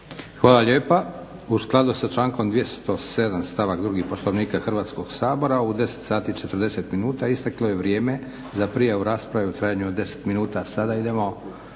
Hvala lijepa. U skladu sa člankom 207.stavak 2. Poslovnika Hrvatskog sabora u 10,40 minuta isteklo je vrijeme za prijavu rasprave u trajanju od 10 minuta. Sada idemo